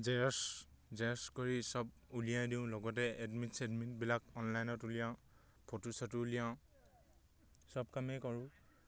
Xerox xerox কৰি চব উলিয়াই দিওঁ লগতে এডমিট চেডমিটবিলাক অনলাইনত উলিয়াওঁ ফটো চটো উলিয়াওঁ চব কামেই কৰোঁ